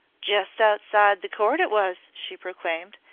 just outside the court it was, she proclaimed,